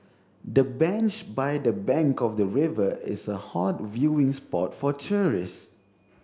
the bench by the bank of the river is a hot viewing spot for tourists